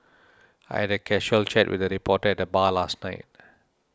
I had a casual chat with a reporter at the bar last night